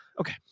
okay